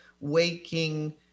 waking